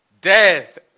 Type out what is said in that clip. Death